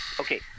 Okay